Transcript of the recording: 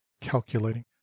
calculating